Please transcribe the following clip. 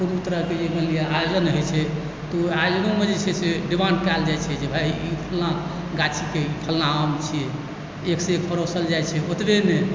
बहुत तरहके जखन आयोजन होइ छै तऽ ओ आयोजनोमे जे छै से डिमांड कयल जाइ छै जे भाई ई फलना गाछीके फलना आम छियै एकसँ एक पड़ोसल जाइ छै ओतबे नहि